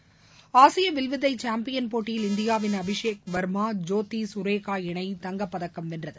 விளையாட்டுச்செய்திகள் ஆசிய வில்வித்தை சாம்பியன் போட்டியில் இந்தியாவின் அபிஷேக் வர்மா ஜோதி சுரேகா இணை தங்கப்பதக்கம் வென்றது